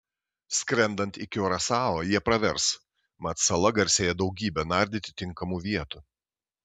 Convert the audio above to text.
skrendant į kiurasao jie pravers mat sala garsėja daugybe nardyti tinkamų vietų